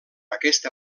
aquesta